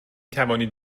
توانید